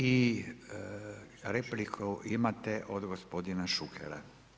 I replike imate od gospodina Šukera.